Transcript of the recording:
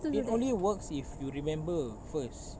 it only works if you remember first